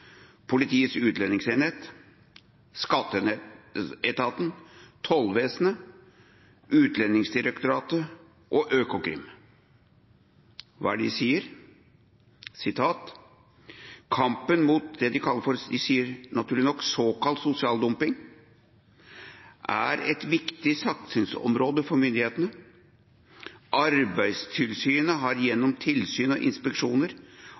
Politiets utlendingsenhet, skatteetaten, tollvesenet, Utlendingsdirektoratet og Økokrim. Hva står det der? Jeg siterer: «Kampen mot såkalt «sosial dumping» er et viktig satsingsområde for myndighetene. Arbeidstilsynet har gjennom tilsyn og inspeksjoner